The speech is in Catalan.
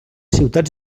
ciutats